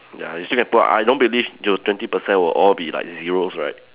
ya you still can pull up I don't believe you twenty percent will all be like zeros right